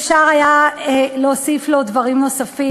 אפשר היה להוסיף בו דברים נוספים,